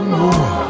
more